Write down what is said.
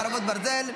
חרבות ברזל)